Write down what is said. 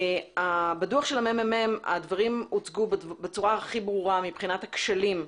בדוח של הממ"מ הדברים הוצגו בצורה הכי ברורה מבחינת הכשלים,